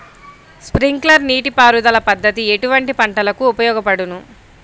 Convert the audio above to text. Sprinkler నీటిపారుదల పద్దతి ఎటువంటి పంటలకు ఉపయోగపడును?